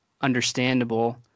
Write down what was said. understandable